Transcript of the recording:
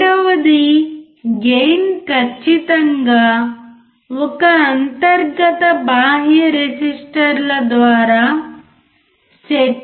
రెండవది గెయిన్ ఖచ్చితంగా ఒక అంతర్గత బాహ్య రెసిస్టర్ల ద్వారా సెట్ చేయవచ్చు